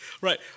Right